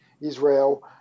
Israel